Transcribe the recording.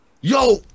yo